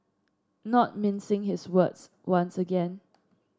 not mincing his words once again